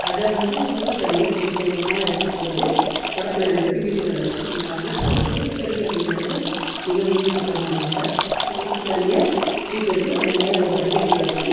அதை வந்து ஊற்று தண்ணியை கொஞ்சம் கொஞ்சமாக எடுத்துகிட்டு வந்து குடத்துல நிரப்பி வீட்டுகளில் வச்சு குடிப்பாங்க ஊற்று தண்ணி அப்படிங்கிறது வந்து மிகவும் சுத்தமான வாட்டர் அந்த ஊற்று தண்ணியை தூக்கிட்டு வந்து அது மேலே ஒரு வடிகட்டியை வச்சு